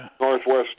Northwest